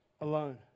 alone